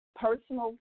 personal